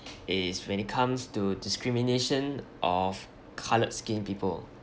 is when it comes to discrimination of coloured skin people